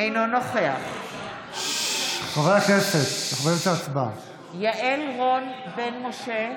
אינו נוכח יעל רון בן משה,